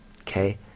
okay